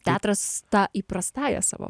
teatras ta įprastąja savo